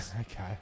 Okay